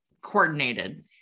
coordinated